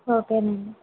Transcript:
okay అండి